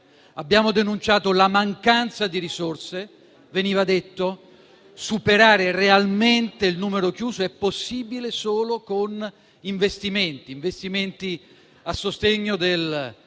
Abbiamo denunciato la mancanza di risorse, come veniva detto: superare realmente il numero chiuso è possibile solo con investimenti a sostegno